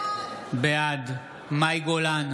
בעד מאי גולן,